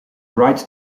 right